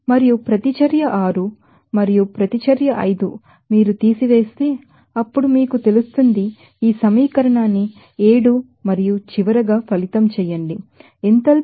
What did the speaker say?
మరియు ప్రతిచర్య 6 మరియు ప్రతిచర్య 5 మీరు తీసివేస్తే అప్పుడు మీకు తెలుస్తుంది ఈ సమీకరణాన్ని 7 మరియు చివరగా ఫలితం చేయండి ఎంథాల్పీ మార్పు ఈ 4